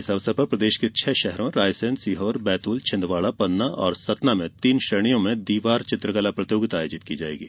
इस अवसर पर प्रदेश के छह शहरों रायसेन सीहोर बैतूल छिन्दवाड़ा पन्ना और सतना में तीन श्रेणियों में दीवार चित्रकला प्रतियोगिता आयोजित की जायेगी